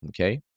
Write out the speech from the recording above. Okay